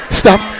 stop